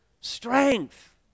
strength